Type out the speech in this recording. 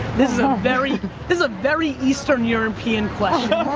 this is a very, this is a very eastern european question,